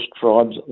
tribes